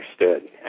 understood